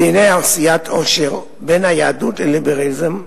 "דיני עשיית עושר: בין יהדות לליברליזם",